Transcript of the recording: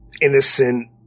innocent